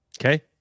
Okay